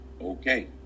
okay